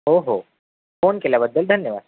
हो हो फोन केल्याबद्दल धन्यवाद सर